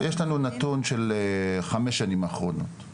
יש לנו נתון של חמש שנים האחרונות.